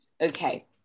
okay